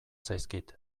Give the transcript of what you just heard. zaizkit